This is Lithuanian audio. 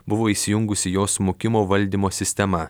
buvo įsijungusi jo smukimo valdymo sistema